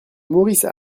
maurice